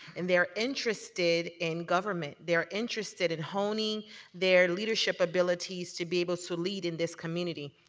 and they are interested in government. they are interested in honing their leadership abilities to be able to lead in this community.